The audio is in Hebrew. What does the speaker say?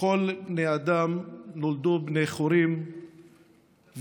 כל בני האדם נולדו בני חורין ושווים.